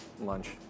lunch